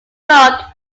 dog